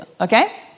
Okay